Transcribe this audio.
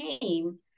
came